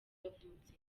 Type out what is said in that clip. yavutse